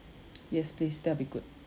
yes please that'll be good